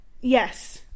yes